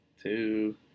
Two